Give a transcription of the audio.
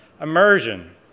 immersion